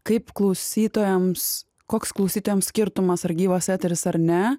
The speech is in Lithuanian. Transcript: kaip klausytojams koks klausytojams skirtumas ar gyvas eteris ar ne